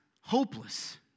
hopeless